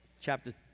chapter